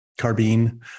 carbine